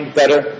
better